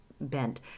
bent